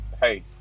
hey